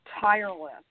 tireless